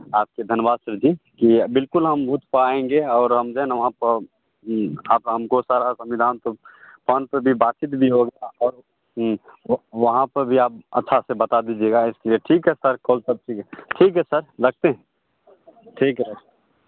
आपको धनवाद सर जी कि बिल्कुल हम बूथ पर आएंगे और हम जो है ना वहाँ पर आप हमको सारा संविधान कुछ फोन पर बातचीत भी हो गया और व वहाँ पर भी आप अच्छा से बता दीजियेगा इसलिए ठीक है सर कॉल कट कीजिए ठीक है सर रखते हैं ठीक है सर